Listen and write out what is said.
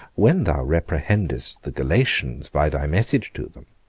when thou reprehendest the galatians by thy message to them,